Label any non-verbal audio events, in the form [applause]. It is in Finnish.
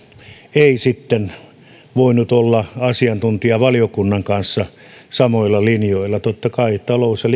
ei sitten voinut olla asiantuntijavaliokunnan kanssa samoilla linjoilla totta kai talous ja [unintelligible]